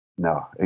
No